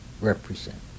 represent